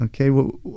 Okay